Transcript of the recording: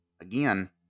Again